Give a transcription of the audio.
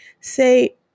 Say